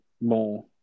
more